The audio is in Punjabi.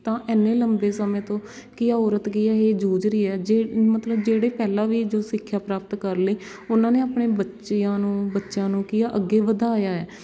ਤਾਂ ਇੰਨੇ ਲੰਬੇ ਸਮੇਂ ਤੋਂ ਕੀ ਹੈ ਔਰਤ ਕੀ ਹੈ ਇਹ ਜੂਝ ਰਹੀ ਹੈ ਜੇ ਮਤਲਬ ਜਿਹੜੇ ਪਹਿਲਾਂ ਵੀ ਜੋ ਸਿੱਖਿਆ ਪ੍ਰਾਪਤ ਕਰ ਲਈ ਉਹਨਾਂ ਨੇ ਆਪਣੇ ਬੱਚਿਆਂ ਨੂੰ ਬੱਚਿਆਂ ਨੂੰ ਕੀ ਆ ਅੱਗੇ ਵਧਾਇਆ ਹੈ